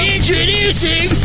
Introducing